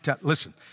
Listen